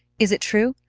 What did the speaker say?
is it true?